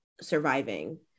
surviving